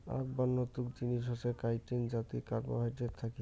আক বন্য তুক জিনিস হসে কাইটিন যাতি কার্বোহাইড্রেট থাকি